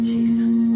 Jesus